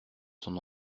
son